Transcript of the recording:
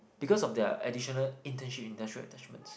because of their additional internship industrial attachments